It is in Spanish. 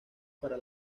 para